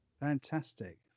fantastic